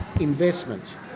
investment